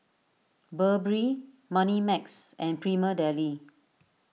Burberry Moneymax and Prima Deli